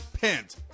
pent